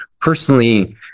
personally